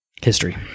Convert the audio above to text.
history